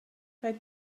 rhaid